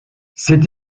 cet